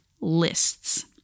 Lists